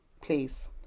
please